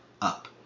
up